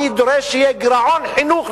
אני דורש שיהיה גירעון חינוך,